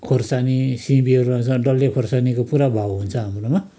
खोर्सानी सिमी लगाउँछ डल्ले खोर्सानीको पुरा भाउ हुन्छ हाम्रोमा